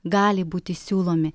gali būti siūlomi